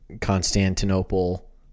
constantinople